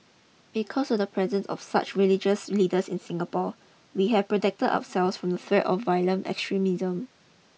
because of the presence of such religious leaders in Singapore we have protected ourselves from the threat of violent extremism